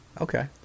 Okay